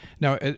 Now